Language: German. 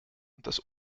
des